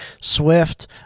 Swift